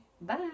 bye